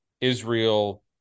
Israel